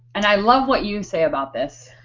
and i love what you say about this.